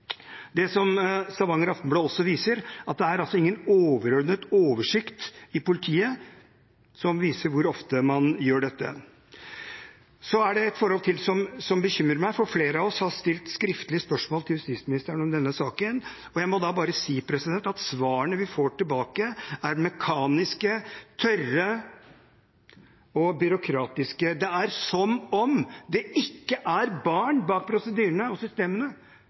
Det som Stavanger Aftenblad også viser, er at det er ingen overordnet oversikt i politiet som viser hvor ofte man gjør dette. Så er det et forhold til som bekymrer meg, for flere av oss har stilt skriftlige spørsmål til justisministeren om denne saken. Jeg må da bare si at svarene vi får tilbake, er mekaniske, tørre og byråkratiske. Det er som om det ikke er barn bak prosedyrene og systemene.